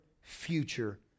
future